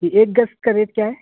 جی ایک گز کا ریٹ کیا ہے